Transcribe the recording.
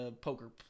poker